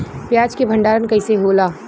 प्याज के भंडारन कइसे होला?